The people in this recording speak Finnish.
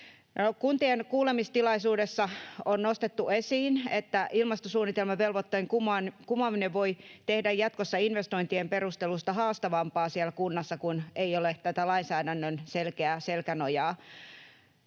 Kuntien kuulemistilaisuudessa on nostettu esiin, että ilmastosuunnitelmavelvoitteen kumoaminen voi tehdä jatkossa investointien perustelusta haastavampaa siellä kunnassa, kun ei ole tätä lainsäädännön selkeää selkänojaa.